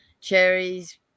cherries